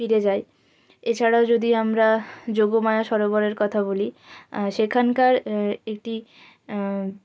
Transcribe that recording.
ফিরে যায় এছাড়াও যদি আমরা যোগমায়া সরোবরের কথা বলি সেখানকার একটি